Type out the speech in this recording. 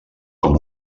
com